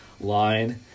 line